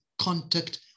contact